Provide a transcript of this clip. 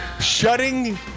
Shutting